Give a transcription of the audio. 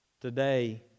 Today